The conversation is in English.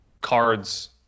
cards